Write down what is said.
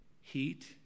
heat